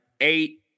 eight